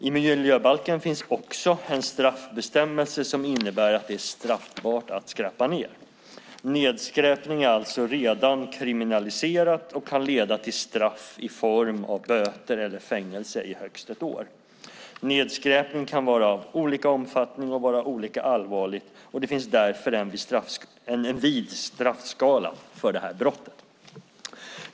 I miljöbalken finns också en straffbestämmelse som innebär att det är straffbart att skräpa ner. Nedskräpning är alltså redan kriminaliserat och kan leda till straff i form av böter eller fängelse i högst ett år. Nedskräpning kan vara av olika omfattning och vara olika allvarligt, och det finns därför en vid straffskala för det här brottet.